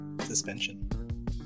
Suspension